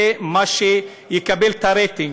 זה מה שיקבל רייטינג,